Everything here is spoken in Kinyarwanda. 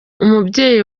umubyeyi